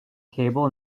cable